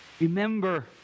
Remember